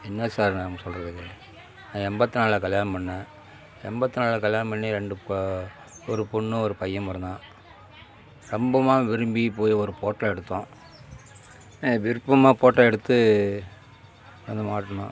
என்ன சார் நம்ம சொல்கிறதுக்கு எண்பத்து நாலில் கல்யாணம் பண்ணேன் எண்பத்து நாலில் கல்யாணம் பண்ணி ரெண்டு ஒரு பொண்ணு ஒரு பையன் பிறந்தான் ரொம்பவும் விரும்பி போய் ஒரு ஃபோட்டோ எடுத்தோம் விருப்பமாக ஃபோட்டோ எடுத்து வந்து மாட்டினோம்